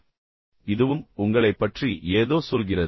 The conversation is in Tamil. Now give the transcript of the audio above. எனவே இதுவும் உங்களைப் பற்றி ஏதோ சொல்கிறது